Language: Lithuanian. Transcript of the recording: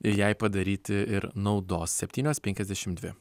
jai padaryti ir naudos septynios penkiasdešimt dvi